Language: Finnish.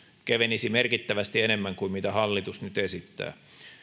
kevenisi merkittävästi enemmän kuin mitä hallitus nyt esittää